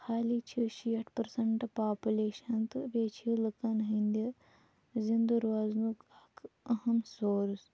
حالٕے چھِ شیٹھ پٔرسَنٛٹہٕ پاپولیشَن تہٕ بیٚیہِ چھِ لُکَن ہٕنٛدِ زِنٛدٕ روزنُک اَکھ أہم سورٕس